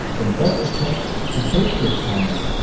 and thus affect the page load time.